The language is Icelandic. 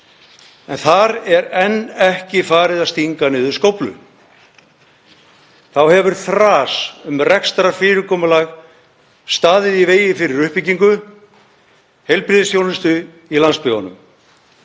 en þar er enn ekki farið að stinga niður skóflu. Þá hefur þras um rekstrarfyrirkomulag staðið í vegi fyrir uppbyggingu heilbrigðisþjónustu í landsbyggðunum.